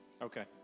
Okay